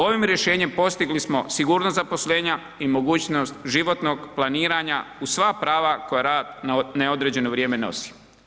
Ovim rješenjem postigli smo sigurnost zaposlenja i mogućnost životnog planiranja uz sva prava koja rad na neodređeno vrijeme nosi.